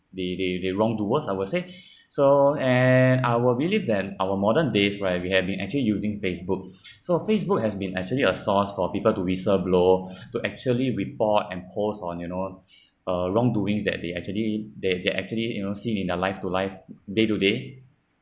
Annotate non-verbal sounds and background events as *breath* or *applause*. the the the wrongdoers I would say *breath* so and I would believe that our modern days right we have been actually using Facebook *breath* so Facebook has been actually a source for people to whistleblow *breath* to actually report and post on you know *breath* uh wrongdoings that they actually they they actually you know see in their life to life day to day